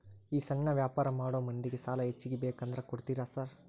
ಈ ಸಣ್ಣ ವ್ಯಾಪಾರ ಮಾಡೋ ಮಂದಿಗೆ ಸಾಲ ಹೆಚ್ಚಿಗಿ ಬೇಕಂದ್ರ ಕೊಡ್ತೇರಾ ಸಾರ್?